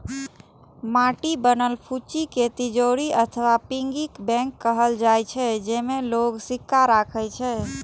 माटिक बनल फुच्ची कें तिजौरी अथवा पिग्गी बैंक कहल जाइ छै, जेइमे लोग सिक्का राखै छै